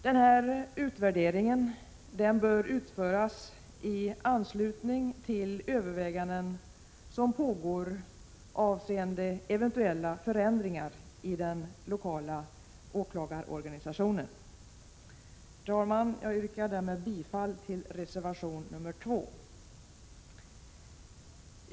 Denna utvärdering bör utföras i anslutning — Prot. 1986/87:94 till överväganden som pågår avseende eventuella förändringar i den lokala 25 mars 1987 åklagarorganisationen. Herr talman! Jag yrkar bifall till reservation 2.